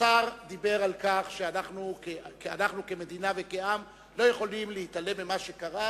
השר דיבר על כך שאנחנו כמדינה וכעם לא יכולים להתעלם ממה שקרה,